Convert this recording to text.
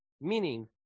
Meaning